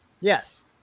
yes